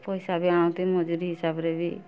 ପଇସା ବି ଆଣନ୍ତି ମଜୁରୀ ହିସାବରେ ବି